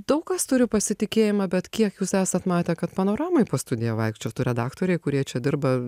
daug kas turi pasitikėjimą bet kiek jūs esat matę kad panoramoj po studiją vaikščiotų redaktoriai kurie čia dirba